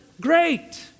great